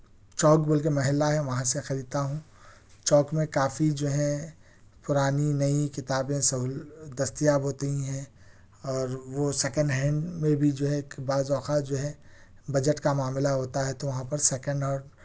چوک بول کے محلہ ہے وہاں سے خریدتا ہوں چوک میں کافی جو ہیں پرانی نئی کتابیں سہول دستیاب ہوتی ہیں اور وہ سیکنڈ ہینڈ میں بھی جو ہے بعض اوقات جو ہے بجٹ کا معاملہ ہوتا ہے تو وہاں پر سیکنڈ اور